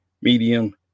Medium